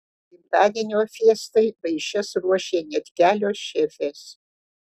gimtadienio fiestai vaišes ruošė net kelios šefės